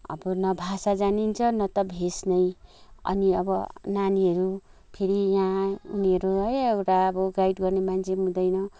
अब न भाषा जानिन्छ न त भेष नै अनि अब नानीहरू फेरि यहाँ उनीहरू है एउटा अब गाइड गर्ने मान्छे पनि हुँदैन